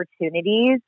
opportunities